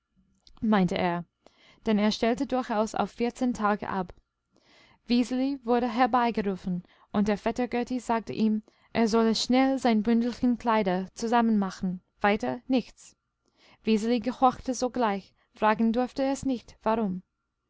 meinte er denn er stellte durchaus auf vierzehn tage ab wiseli wurde herbeigerufen und der vetter götti sagte ihm es solle schnell sein bündelchen kleider zusammenmachen weiter nichts wiseli gehorchte sogleich fragen durfte es nicht warum